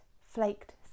flaked